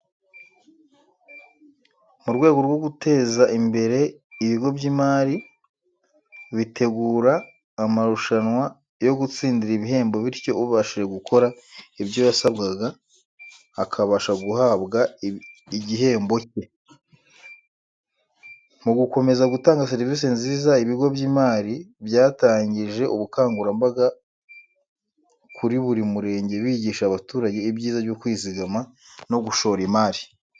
Mu rwego rwo guteza imbere ibigo by'imari, bitegura amarushanywa yo gutsindira ibihembo bityo ubashije gukora ibyo yasabwaga akabasha guhabwa igihembo cye. Mu gukomeza gutanga serivise nziza ibigo by'imari byatangije ubukangurambaga kuri buri murenge bigisha abaturage Ibyiza byo kwizigama, no gushora imari.